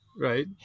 right